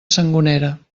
sangonera